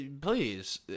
please